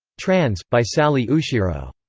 trans. by sally ooshiro.